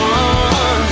one